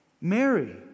Mary